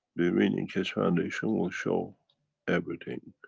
the iranian keshe foundation will show everything,